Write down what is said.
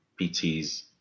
PTs